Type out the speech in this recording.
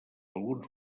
alguns